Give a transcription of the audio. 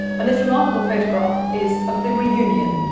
and this remarkable photograph is of the reunion.